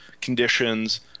conditions